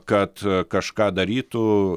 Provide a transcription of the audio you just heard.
kad kažką darytų